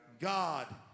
God